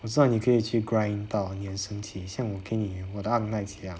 我知道你可以去 grind 到你很生气像我给你我的 arknights 一样